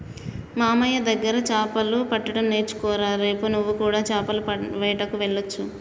మామయ్య దగ్గర చాపలు పట్టడం నేర్చుకోరా రేపు నువ్వు కూడా చాపల వేటకు వెళ్లొచ్చు